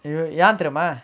யார் தெரியுமா:yaar teriyumaa